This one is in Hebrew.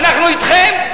אנחנו אתכם.